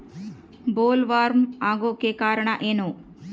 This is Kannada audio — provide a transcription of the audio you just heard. ಬೊಲ್ವರ್ಮ್ ಆಗೋಕೆ ಕಾರಣ ಏನು?